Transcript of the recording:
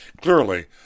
Clearly